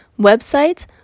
websites